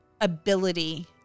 ability